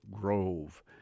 Grove